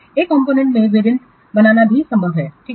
एक कॉम्पोनेंट के वेरिएंट बनाना भी संभव है ठीक है